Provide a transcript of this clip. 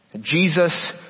Jesus